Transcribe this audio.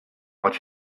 watch